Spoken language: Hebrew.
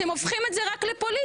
אתם הופכים את זה רק לפוליטי.